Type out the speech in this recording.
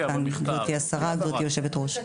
גבירתי השרה וגבירתי היושבת ראש.